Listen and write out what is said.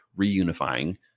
reunifying